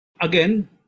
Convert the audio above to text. Again